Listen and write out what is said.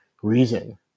reason